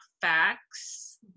facts